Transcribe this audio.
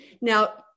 Now